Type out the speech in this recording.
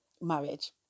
marriage